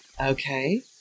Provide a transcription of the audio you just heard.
Okay